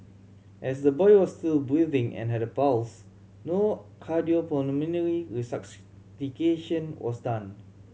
as the boy was still breathing and had a pulse no cardiopulmonary resuscitation was done